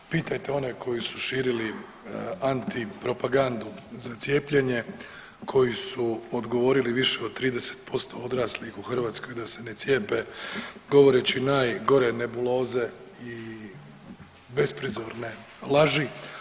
Pitajte one koji su širili antipropagandu za cijepljenje, koji su odgovorili više od 30% odraslih u Hrvatskoj da se ne cijepe govoreći najgore nebuloze i besprizorne laži.